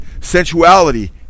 sensuality